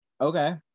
okay